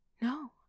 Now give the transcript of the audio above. No